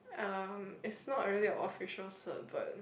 um it's not really a official cert but